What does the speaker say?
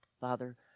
Father